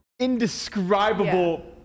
indescribable